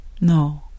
No